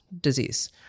disease